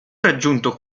raggiunto